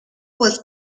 was